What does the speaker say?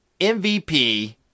MVP